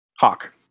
Hawk